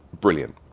brilliant